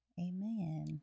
Amen